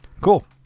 Cool